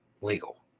legal